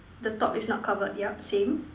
the top is not covered yup same